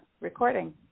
recording